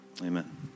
amen